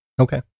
Okay